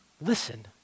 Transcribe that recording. listen